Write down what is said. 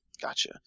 gotcha